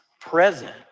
present